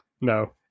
No